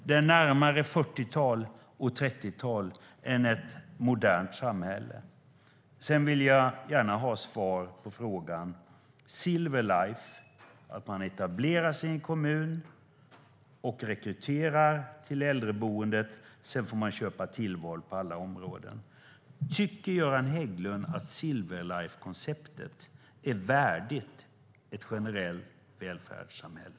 Det är närmare 40-tal och 30-tal än ett modernt samhälle. Jag ställde en fråga om Silver Life. Företaget etablerar sig i en kommun och rekryterar boende till äldreboendet. Därefter får de köpa tillval på alla områden. Tycker Göran Hägglund att Silver Life-konceptet är värdigt att generellt välfärdssamhälle?